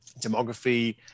demography